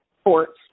sports